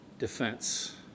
defense